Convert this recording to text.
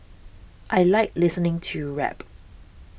I like listening to rap